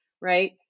right